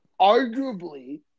Arguably